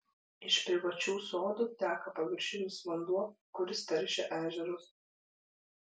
iš privačių sodų teka paviršinis vanduo kuris teršia ežerus